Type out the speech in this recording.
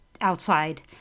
outside